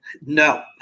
No